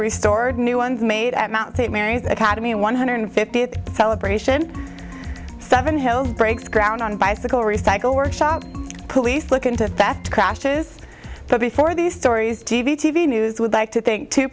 restored new ones made at mount st mary's academy one hundred fiftieth celebration seven hill breaks ground on bicycle recycle workshop police look into that classes but before these stories t v t v news would like to think to